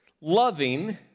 loving